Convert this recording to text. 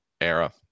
era